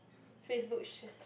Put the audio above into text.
Facebook share